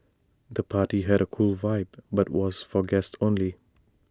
the party had A cool vibe but was for guests only